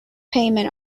payment